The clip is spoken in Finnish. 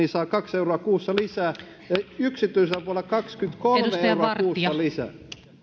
puolella saa kaksi euroa kuussa lisää ja yksityisellä puolella kaksikymmentäkolme euroa kuussa lisää